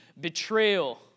betrayal